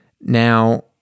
Now